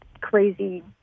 crazy